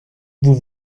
vous